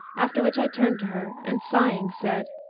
after which i turned to her and, sighing, said,